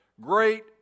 great